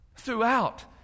throughout